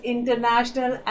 International